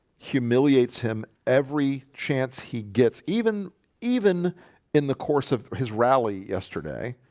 humiliates him every chance he gets even even in the course of his rally yesterday